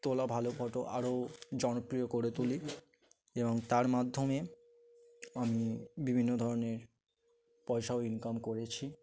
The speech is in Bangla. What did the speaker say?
তোলা ভালো ফটো আরও জনপ্রিয় করে তুলি এবং তার মাধ্যমে আমি বিভিন্ন ধরনের পয়সাও ইনকাম করেছি